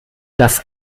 dass